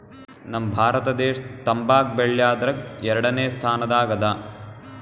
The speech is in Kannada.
ನಮ್ ಭಾರತ ದೇಶ್ ತಂಬಾಕ್ ಬೆಳ್ಯಾದ್ರಗ್ ಎರಡನೇ ಸ್ತಾನದಾಗ್ ಅದಾ